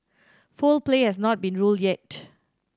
foul play has not been ruled yet